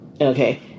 Okay